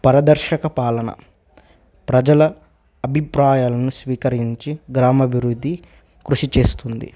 పారదర్శక పాలన ప్రజల అభిప్రాయాలను స్వీకరించి గ్రామభివృద్ధి కృషి చేస్తుంది